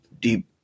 deep